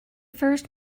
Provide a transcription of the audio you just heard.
first